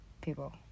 people